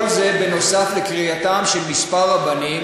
כל זה נוסף על קריאתם של כמה רבנים,